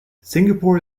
singapore